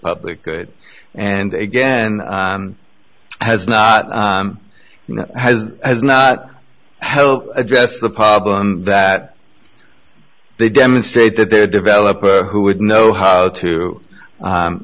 public good and again has not you know has has not helped address the problem that they demonstrate that their developer who would know how to